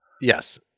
Yes